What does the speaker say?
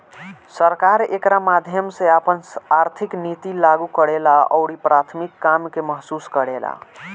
सरकार एकरा माध्यम से आपन आर्थिक निति लागू करेला अउरी प्राथमिक काम के महसूस करेला